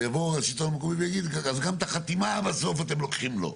יבואו השלטון המקומי ויגיד אז גם את החתימה בסוף אתם לוקחים לו.